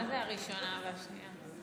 מה זה הראשונה והשנייה?